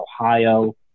Ohio